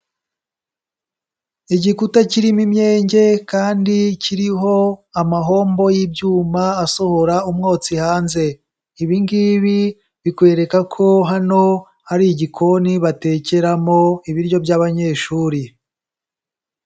Igikuta kirimo imyenge kandi kiriho amahombo y'ibyuma, asohora umwotsi hanze. Ibi ngibi bikwereka ko hano hari igikoni batekeramo, ibiryo by'abanyeshuri.